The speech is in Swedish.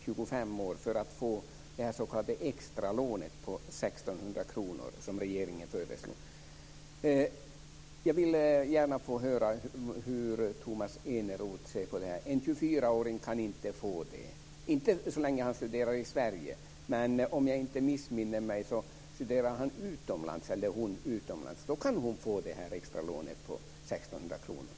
25 år för att få det s.k. extralån på 1 600 kr som regeringen föreslår. Hur ser Tomas Eneroth på detta? En 24-åring kan inte få lånet så länge han eller hon studerar i Sverige. Men om jag inte missminner mig kan han eller hon få det extra lånet på 1 600 kr om studierna bedrivs utomlands.